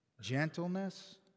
Gentleness